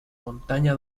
montaña